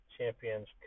Champions